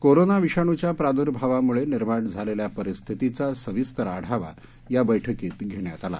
corona विषाणूच्या प्रादूर्भावामुळे निर्माण झालेल्या परिस्थितीचा सविस्तर आढावा या बैठकीत घेण्यात आला